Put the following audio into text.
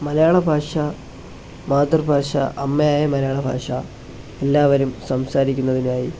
മലയാളഭാഷ മാതൃഭാഷ അമ്മയായ മലയാളഭാഷ എല്ലാവരും സംസാരിക്കുന്നതിനായി